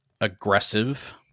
aggressive